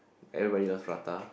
everybody loves prata